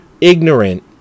ignorant